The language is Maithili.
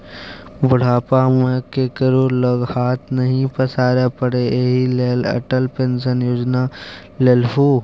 बुढ़ापा मे केकरो लग हाथ नहि पसारै पड़य एहि लेल अटल पेंशन योजना लेलहु